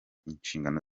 inshingano